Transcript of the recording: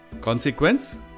Consequence